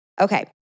Okay